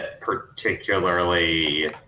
Particularly